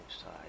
side